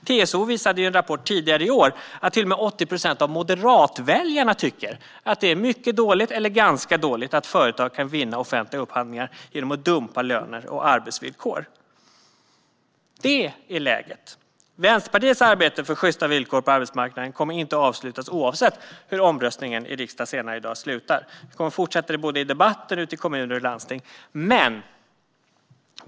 TCO visade i en rapport tidigare i år att till och med 80 procent av moderatväljarna tycker att det är mycket dåligt eller ganska dåligt att företag kan vinna offentliga upphandlingar genom att dumpa löner och arbetsvillkor. Så ser läget ut. Vänsterpartiets arbete för sjysta villkor på arbetsmarknaden kommer inte att avslutas, oavsett hur omröstningen i riksdagen i dag slutar. Det kommer att fortsätta i såväl debatter som ute i kommuner och landsting.